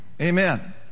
Amen